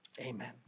Amen